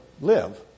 live